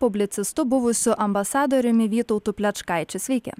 publicistu buvusiu ambasadoriumi vytautu plečkaičiu sveiki